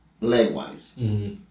leg-wise